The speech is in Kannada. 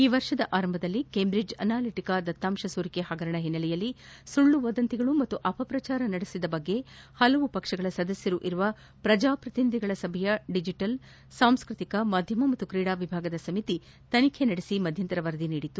ಈ ವರ್ಷದ ಆರಂಭದಲ್ಲಿ ಕೇಂಬ್ರಿಡ್ಜ್ ಅನಾಲಿಟಿಕಾ ದತ್ತಾಂಶ ಸೋರಿಕೆ ಹಗರಣದ ಹಿನ್ನೆಲೆಯಲ್ಲಿ ಸುಳ್ಳು ವದಂತಿಗಳು ಮತ್ತು ಅಪಪ್ರಚಾರ ನಡೆದ ಬಗ್ಗೆ ಹಲವು ಪಕ್ಷಗಳ ಸದಸ್ಯರು ಇರುವ ಪ್ರಜಾ ಪ್ರತಿನಿಧಿಗಳ ಸಭೆಯ ಡಿಜೆಟಲ್ ಸಾಂಸ್ಟತಿಕ ಮಾಧ್ಯಮ ಮತ್ತು ಕ್ರೀಡಾ ವಿಭಾಗದ ಸಮಿತಿ ತನಿಖೆ ನಡೆಸಿ ಮಧ್ಯಂತರ ವರದಿ ನೀಡಿತ್ತು